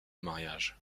mariage